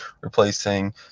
replacing